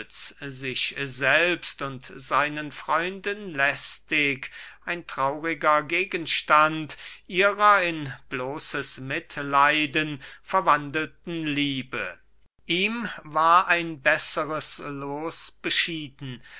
sich selbst und seinen freunden lästig ein trauriger gegenstand ihrer in bloßes mitleiden verwandelten liebe ihm war ein besseres loos beschieden